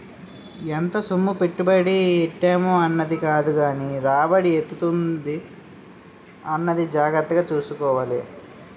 ఎంత సొమ్ము పెట్టుబడి ఎట్టేం అన్నది కాదుగానీ రాబడి ఎంతుంది అన్నది జాగ్రత్తగా సూసుకోవాలి